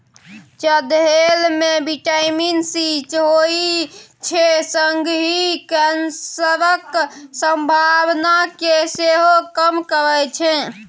चठेल मे vitamin C होइ छै संगहि कैंसरक संभावना केँ सेहो कम करय छै